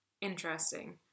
interesting